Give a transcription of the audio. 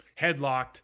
headlocked